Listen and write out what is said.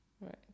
Right